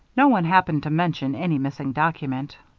no one happened to mention any missing document.